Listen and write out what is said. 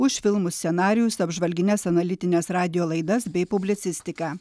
už filmų scenarijus apžvalgines analitines radijo laidas bei publicistiką